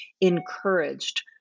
encouraged